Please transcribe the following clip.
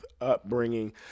upbringing